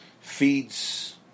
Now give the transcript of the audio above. feeds